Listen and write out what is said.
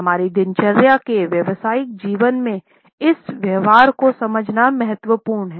हमारी दिनचर्या के व्यावसायिक जीवन में इस व्यवहार को समझना महत्वपूर्ण है